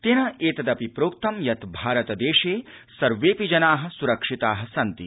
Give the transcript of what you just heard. तेन एतदपि प्रोक्तम् यत् भारतदेशे सर्वेडपि जनाः स्रक्षिताः सन्ति